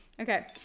Okay